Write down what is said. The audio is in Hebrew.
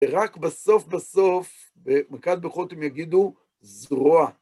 ורק בסוף בסוף, במקד בחוטם, יגידו זרוע.